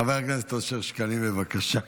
חבר הכנסת אושר שקלים, בבקשה.